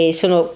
sono